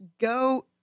go